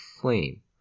flame